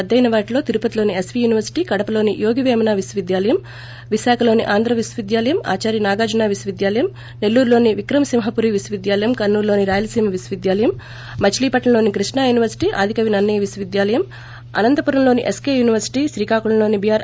రద్గయిన వాటిలో తిరుపతిలోని SV university కడపలోని యోగిపేమన విశ్వవిద్యాలయం విశాఖలోని ఆంధ్రా విశ్వవిద్యాలయం ఆచార్యనాగార్జునా విశ్వవిద్యాలయం సెల్లూరులోని విక్రమసింహపురి విశ్వవిద్యాలయం కర్సూలులోని రాయలసీమ విశ్వవిద్యాలయం మచిలీపట్సంలోని కృష్ణా యూనివర్పిటీ ఆదికవి నన్నయ్య విశ్వవిద్యాలయం అనంతపురంలోని ఎస్కో యూనివర్సిటీ శ్రీకాకుళంలోని చీఆర్